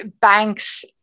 banks